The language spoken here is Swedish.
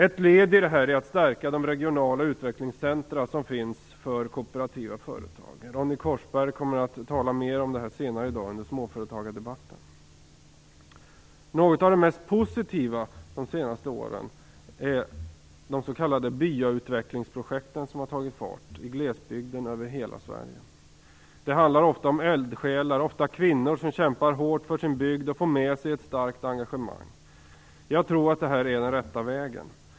Ett led i detta arbete är att stärka de regionala utvecklingscentrum som finns för kooperativa företag. Ronny Korsberg kommer att tala mera om detta senare i dag i småföretagardebatten. En av de mest positiva sakerna under de senaste åren är de s.k. byautvecklingsprojekt som har tagit fart i glesbygden över hela Sverige. Ofta handlar det om eldsjälar, särskilt kvinnor, som kämpar hårt för sin bygd, vilket för med sig ett starkt engagemang. Jag tror att det här är den rätta vägen.